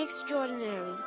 extraordinary